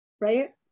Right